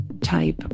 type